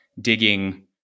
digging